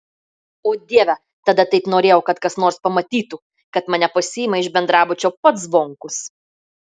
o dieve tada taip norėjau kad kas nors pamatytų kad mane pasiima iš bendrabučio pats zvonkus